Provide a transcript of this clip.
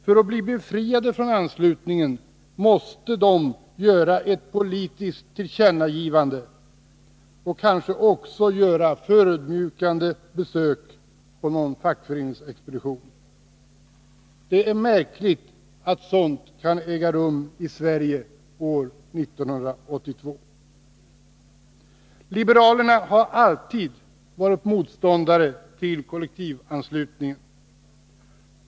För att bli befriade från anslutningen måste de göra ett politiskt tillkännagivande och kanske också göra förödmjukande besök på någon fackföreningsexpedition. Det är märkligt att sådant kan äga rum i Sverige år 1982. Liberalerna har alltid varit motståndare till kollektivanslutningen.